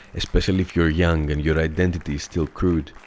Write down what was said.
especially if you are young and your identity is still crude.